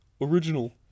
Original